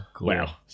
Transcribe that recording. Wow